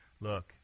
look